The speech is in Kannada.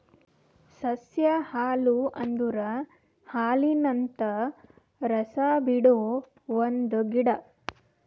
ಸಸ್ಯ ಹಾಲು ಅಂದುರ್ ಹಾಲಿನಂತ ರಸ ಬಿಡೊ ಒಂದ್ ಗಿಡ